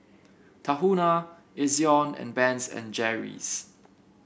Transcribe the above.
Tahuna Ezion and Ben's and Jerry's